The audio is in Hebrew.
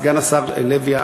סגן השר לוי,